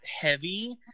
heavy